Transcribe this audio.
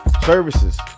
Services